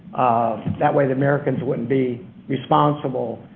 that way the americans wouldn't be responsible.